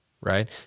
right